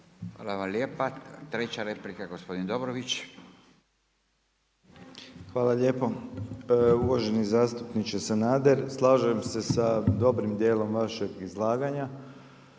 Hvala lijepa. Treća replika gospodin Dobrović. **Dobrović, Slaven (MOST)** Hvala lijepo. Uvaženi zastupniče Sanader, slažem se sa dobrim djelom vašeg izlaganja,